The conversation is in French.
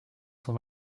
sont